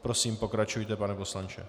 Prosím, pokračujte, pane poslanče.